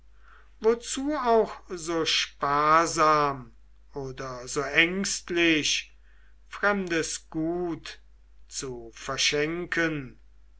wozu auch so sparsam oder so ängstlich fremdes gut zu verschenken